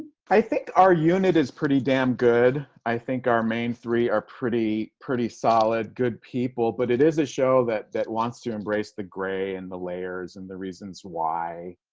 i think our unit is pretty damn good. i think our main three are pretty pretty solid good people. but it is a show that that wants to embrace the gray and the layers and the reasons why.